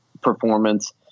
performance